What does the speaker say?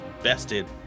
vested